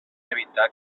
evitar